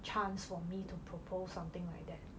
chance for me to propose something like that